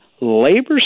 labor